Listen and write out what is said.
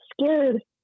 scared